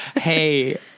Hey